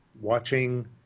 watching